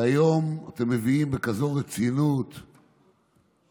והיום אתם מביאים בכזאת רצינות את,